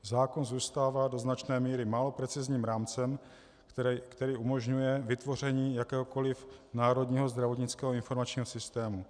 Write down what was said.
Zákon zůstává do značné míry málo precizním rámcem, který umožňuje vytvoření jakéhokoliv národního zdravotnického informačního systému.